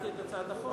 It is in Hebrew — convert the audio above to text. כשהצגתי את הצעת החוק.